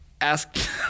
ask